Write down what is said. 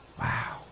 Wow